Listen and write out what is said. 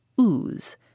ooze